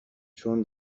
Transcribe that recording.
چون